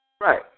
Right